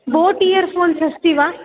boat earphones अस्ति वा